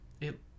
It-